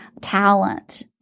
talent